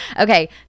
Okay